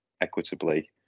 equitably